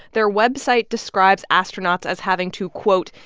their website describes astronauts as having to, quote,